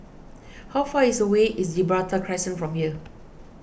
how far is away is Gibraltar Crescent from here